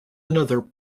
another